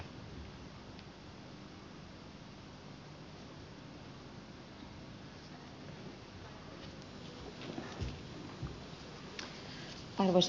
arvoisa puhemies